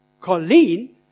Colleen